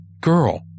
girl